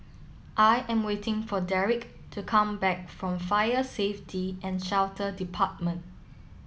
I am waiting for Darrick to come back from Fire Safety and Shelter Department